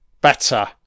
Better